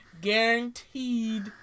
Guaranteed